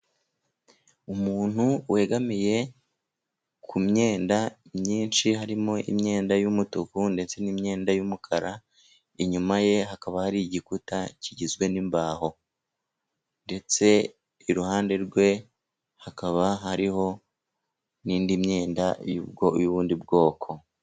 Umuntu wegamiye ku myenda myinshi, harimo imyenda y'umutuku ndetse n'imyenda y'umukara, inyuma ye hakaba hari igikuta kigizwe n'imbaho ndetse iruhande rwe, hakaba hariho n'indi myenda y'ubundi bwoko.